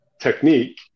technique